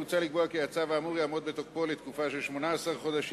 מוצע לקבוע כי הצו האמור יעמוד בתוקפו תקופה של 18 חודשים,